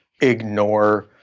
ignore